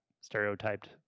stereotyped